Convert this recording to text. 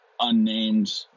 unnamed